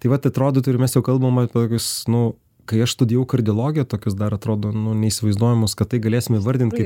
taip vat atrodytų ir mes jau kalbam apie tokius nu kai aš studijavau kardiologiją tokius dar atrodo nu neįsivaizduojamus kad tai galėsim įvardinti kaip